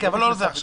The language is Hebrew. לא עכשיו.